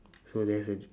so that's a